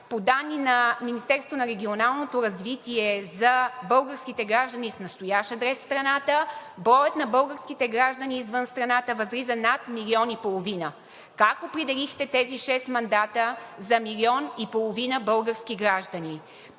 развитие за българските граждани с настоящ адрес в страната, броят на българските граждани извън страната възлиза на над милион и половина. Как определихте тези шест мандата за милион и половина български граждани?